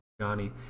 Johnny